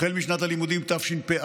החל משנת הלימודים תשפ"א